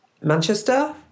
Manchester